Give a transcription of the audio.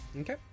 Okay